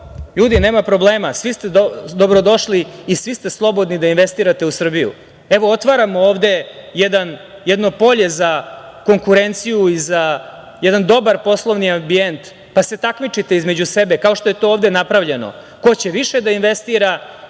ljudi, nema problema, svi ste dobrodošli i svi ste slobodni da investirate u Srbiju. Evo, otvaramo ovde jedno polje za konkurenciju i za jedan dobar poslovni ambijent, pa se takmičite između sebe, kao što je to ovde napravljeno, ko će više da investira,